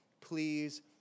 please